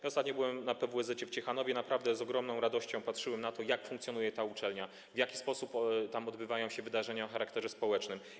Ja ostatnio byłem na PWSZ-ecie w Ciechanowie i naprawdę z ogromną radością patrzyłem na to, jak funkcjonuje ta uczelnia, w jaki sposób odbywają się tam wydarzenia o charakterze społecznym.